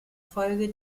folge